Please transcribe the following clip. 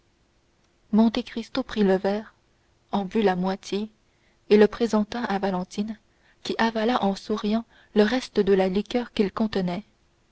effroi monte cristo prit le verre en but la moitié et le présenta à valentine qui avala en souriant le reste de la liqueur qu'il contenait